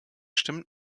stimmt